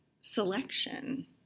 selection